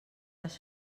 les